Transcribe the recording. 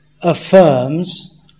affirms